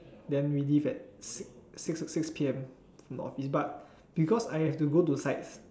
then we leave at six six six P_M from office but because I have to go to sites